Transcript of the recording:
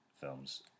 films